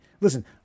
listen